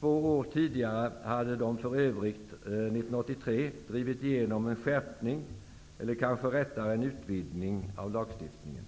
Två år tidigare, 1983, hade de för övrigt drivit igenom en skärpning, eller kanske rättare en utvidgning av lagstiftningen.